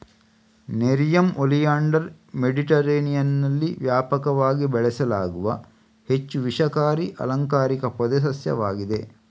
nerium oleander ಮೆಡಿಟರೇನಿಯನ್ನಲ್ಲಿ ವ್ಯಾಪಕವಾಗಿ ಬೆಳೆಸಲಾಗುವ ಹೆಚ್ಚು ವಿಷಕಾರಿ ಅಲಂಕಾರಿಕ ಪೊದೆ ಸಸ್ಯವಾಗಿದೆ